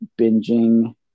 binging